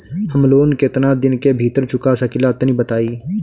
हम लोन केतना दिन के भीतर चुका सकिला तनि बताईं?